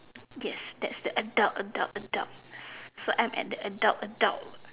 yes that's the adult adult adult so I'm at the adult adult